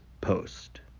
Post